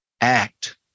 act